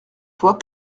fois